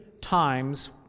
times